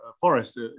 forest